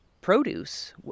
produce